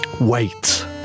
Wait